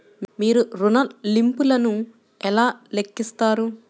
మీరు ఋణ ల్లింపులను ఎలా లెక్కిస్తారు?